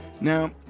Now